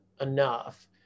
enough